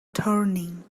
turning